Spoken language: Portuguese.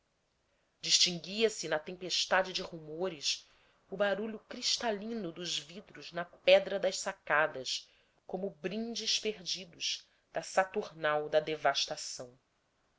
estalavam distinguia-se na tempestade de rumores o barulho cristalino dos vidros na pedra das sacadas como brindes perdidos da saturnal da devastação